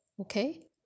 Okay